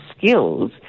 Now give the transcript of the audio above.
skills